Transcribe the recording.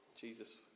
Jesus